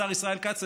השר ישראל כץ,